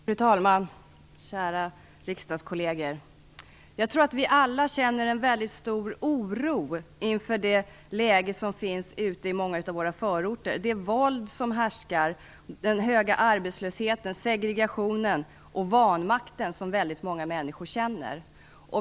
Fru talman! Kära riksdagskolleger! Jag tror att vi alla känner stor oro inför läget ute i många av våra förorter - det våld som härskar, den höga arbetslösheten, segregationen och vanmakten som många människor känner.